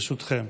ברשותכם.